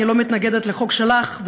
אני לא מתנגדת לחוק שלך,